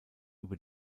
über